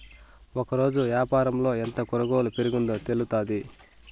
ఒకరోజు యాపారంలో ఎంత కొనుగోలు పెరిగిందో తెలుత్తాది